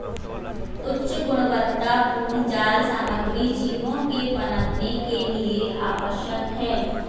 उच्च गुणवत्तापूर्ण जाल सामग्री जीवों के पनपने के लिए आवश्यक है